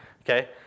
okay